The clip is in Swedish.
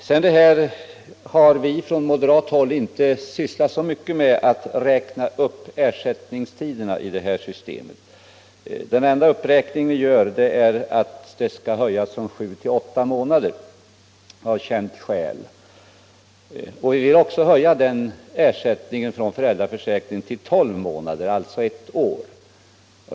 Vi har från moderat håll inte sysslat så mycket med att räkna upp ersättningstiderna i det här systemet. Den enda uppräkning vi föreslår är en höjning från sju till åtta månader av ersättningstidens längd, och det gör vi av känt skäl. Vi vill också höja tiden för ersättning från föräldraförsäkringen till tolv månader, alltså ett år.